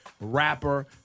rapper